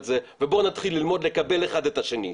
זה ובואו נתחיל ללמוד לקבל אחד את השני.